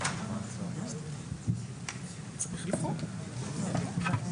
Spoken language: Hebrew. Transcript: שאין חלופה לצימוד.